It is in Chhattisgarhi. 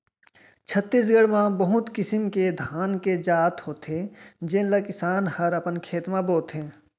छत्तीसगढ़ म बहुत किसिम के धान के जात होथे जेन ल किसान हर अपन खेत म बोथे